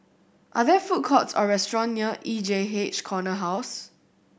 are there food courts or restaurant near E J H Corner House